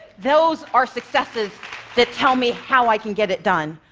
those are successes that tell me how i can get it done.